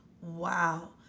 wow